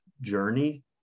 journey